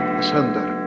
asunder